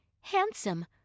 handsome